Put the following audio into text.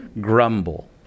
grumble